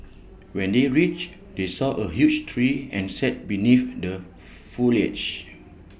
when they reached they saw A huge tree and sat beneath the foliage